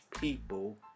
people